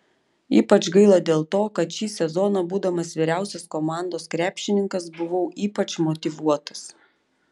ypač gaila dėl to kad šį sezoną būdamas vyriausias komandos krepšininkas buvau ypač motyvuotas